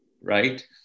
Right